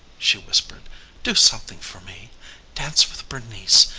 she whispered do something for me dance with bernice.